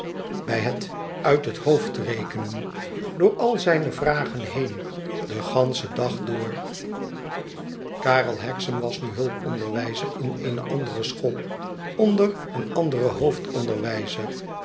bij het uit het hoofd rekenen door al zijne vragen heen den ganschen dag door karel hexam was nu hulponderwijzer in eene andere school onder een anderen